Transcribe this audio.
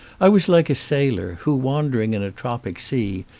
i was like a sailor who, wandering in a tropic sea,